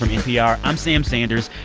npr, i'm sam sanders.